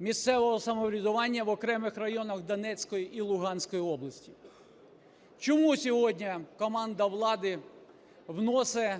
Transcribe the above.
місцевого самоврядування в окремих районах Донецької і Луганської областей. Чому сьогодні команда влади вносить